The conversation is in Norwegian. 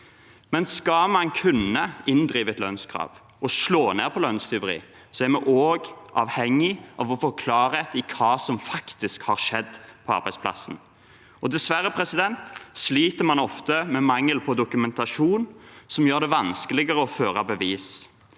Skal man kunne inndrive et lønnskrav og slå ned på lønnstyveri, er vi avhengig av å få klarhet i hva som faktisk har skjedd på arbeidsplassen. Dessverre sliter man ofte med mangel på dokumentasjon, som gjør det vanskeligere å føre bevis.